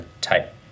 type